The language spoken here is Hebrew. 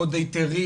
עוד היתרים,